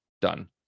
done